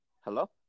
Hello